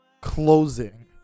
closing